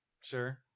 sure